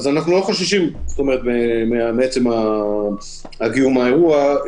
אז אנחנו לא חוששים מעצם קיום האירוע,